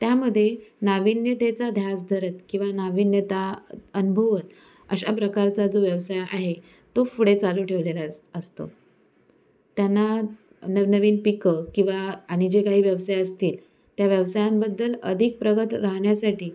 त्यामध्ये नाविन्यतेचा ध्यास धरत किंवा नाविन्यता अनुभवत अशा प्रकारचा जो व्यवसाय आहे तो पुढे चालू ठेवलेला अस् असतो त्यांना नवनवीन पिकं किंवा आणि जे काही व्यवसाय असतील त्या व्यवसायांबद्दल अधिक प्रगत राहण्यासाठी